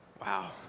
Wow